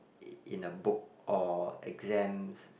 i~ in a book or exams